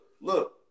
look